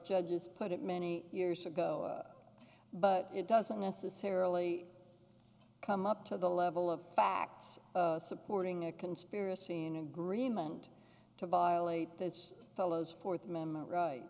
judges put it many years ago but it doesn't necessarily come up to the level of facts supporting a conspiracy an agreement to violate this fellow's fourth amendment right